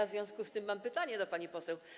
W związku z tym mam pytanie do pani poseł.